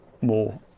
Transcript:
more